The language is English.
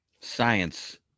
science